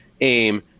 aim